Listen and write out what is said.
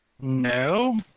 No